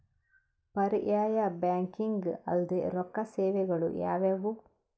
ಪರ್ಯಾಯ ಬ್ಯಾಂಕಿಂಗ್ ಅಲ್ದೇ ರೊಕ್ಕ ಸೇವೆಗಳು ಯಾವ್ಯಾವು?